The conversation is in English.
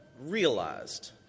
realized